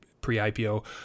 pre-IPO